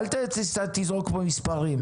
אל תזרוק פה מספרים.